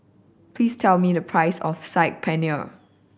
please tell me the price of Saag Paneer